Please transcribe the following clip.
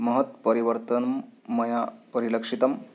महत् परिवर्तनं मया परिलक्षितं